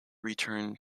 returned